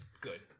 good